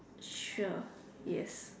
sure yes